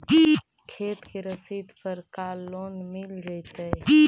खेत के रसिद पर का लोन मिल जइतै?